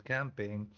Camping